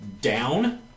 down